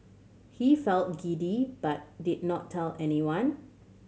he felt giddy but did not tell anyone